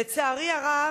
לצערי הרב,